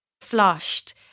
flushed